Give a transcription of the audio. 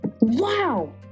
Wow